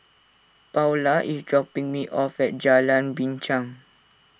Paula is dropping me off at Jalan Binchang